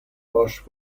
bosch